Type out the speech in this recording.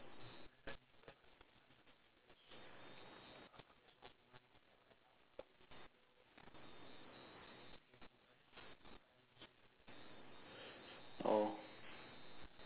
oh